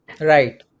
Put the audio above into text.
Right